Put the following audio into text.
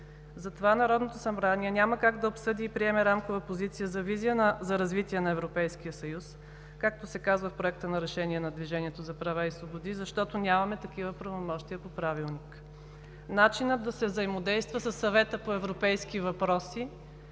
Затова Народното събрание няма да как да обсъди и приеме Рамкова позиция за визия за развитие на Европейския съюз, както се казва в Проекта на решение на Движението за права и свободи, защото нямаме такива правомощия по Правилник. Начинът да се взаимодейства със Съвета по европейски въпроси